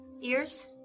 Ears